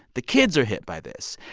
the kids are hit by this.